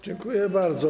Dziękuję bardzo.